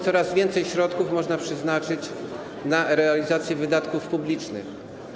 Coraz więcej środków można przeznaczyć na realizację wydatków publicznych.